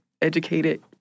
educated